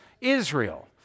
Israel